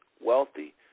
wealthy